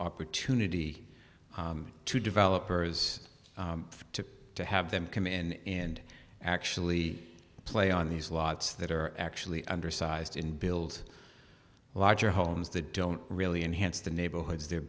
opportunity to developers to to have them come in and actually play on these lots that are actually undersized in build larger homes that don't really enhance the neighborhoods they're